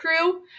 crew